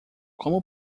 como